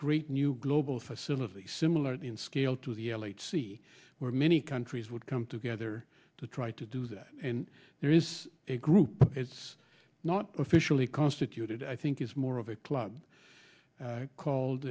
great new global facility similar in scale to the l eight c where many countries would come together to try to do that and there is a group it's not officially constituted i think it's more of a club called